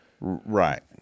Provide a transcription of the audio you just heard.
Right